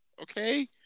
Okay